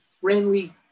friendly